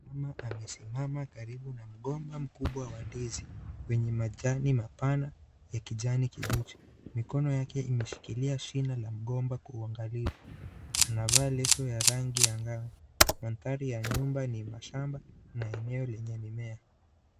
Mama amesimama karibu na mgomba mkubwa wa ndizi wenye majani mapana ya kijani kibichi. Mikono yake imeshikilia shina la mgomba kwa uangalifu. Anavaa leso ya rangi ya ngao mandhari ya nyumba ni mashamba na eneo lenye mimea.